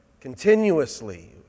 continuously